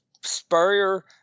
Spurrier